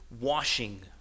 washing